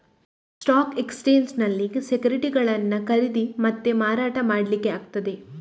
stock ಎಕ್ಸ್ಚೇಂಜಿನಲ್ಲಿ ಸೆಕ್ಯುರಿಟಿಗಳನ್ನ ಖರೀದಿ ಮತ್ತೆ ಮಾರಾಟ ಮಾಡ್ಲಿಕ್ಕೆ ಆಗ್ತದೆ